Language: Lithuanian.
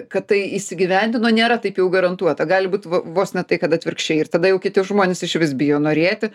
kad tai įsigyvendino nėra taip jau garantuota gali būt v vos ne tai kad atvirkščiai ir tada jau kiti žmonės išvis bijo norėti